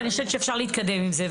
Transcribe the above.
ואני חושבת שאפשר להתקדם עם זה.